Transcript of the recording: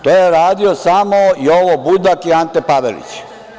To je radio samo Jovo Budak i Ante Pavelić.